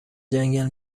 جنگل